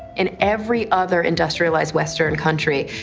in every other industrialized western country,